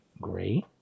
great